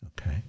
okay